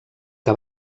que